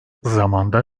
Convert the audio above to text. zamanda